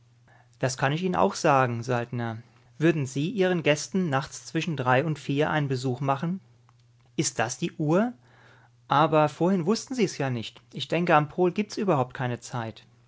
das kann ich ihnen auch sagen saltner würden sie ihren gästen nachts zwischen drei und vier uhr einen besuch machen ist das die uhr aber vorhin wußten sie's ja nicht und ich denke am pol gibt's überhaupt keine zeit